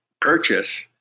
purchase